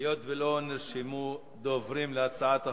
היות שלא נרשמו דוברים להצעת החוק,